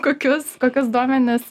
kokius kokius duomenis